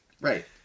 Right